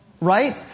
Right